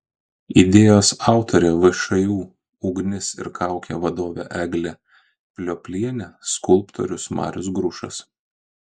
idėjos autorė všį ugnis ir kaukė vadovė eglė plioplienė skulptorius marius grušas